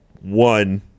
one